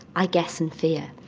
i guess in fear.